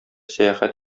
сәяхәт